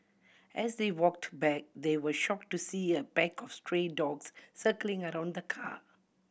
as they walked back they were shocked to see a pack of stray dogs circling around the car